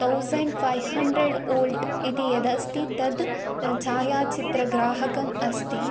thousand five hundred volt इति यदस्ति तद् छायाचित्रग्राहकम् अस्ति